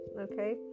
okay